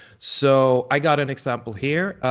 so i got an example here,